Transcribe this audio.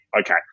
okay